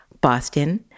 Boston